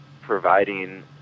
providing